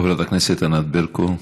חברת הכנסת ענת ברקו,